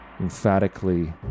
emphatically